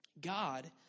God